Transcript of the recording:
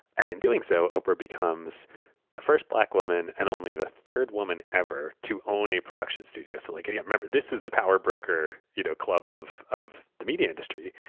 and in doing so, oprah becomes the first black woman and only the third woman ever to own a production studio. so like yeah remember, this is the power broker you know club of of the media industry.